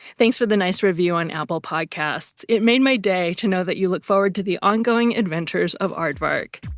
thanks for the nice review on apple podcasts. it made my day to know that you look forward to the ongoing adventures of aardvark.